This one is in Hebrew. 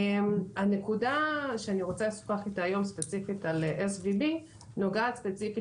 הנקודה שאני רוצה לדבר עליה היום בנוגע ל-SVB נוגעת ספציפית